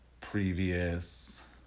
previous